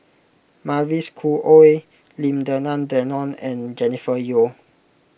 Mavis Khoo Oei Lim Denan Denon and Jennifer Yeo